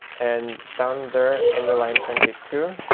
and down there, in the line twenty two,